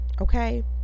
okay